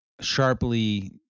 sharply